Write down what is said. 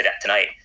tonight